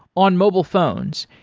on mobile phones,